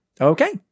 Okay